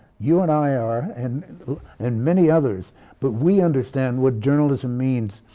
you and i are and and many others but we understand what journalism means.